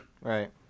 Right